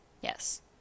Yes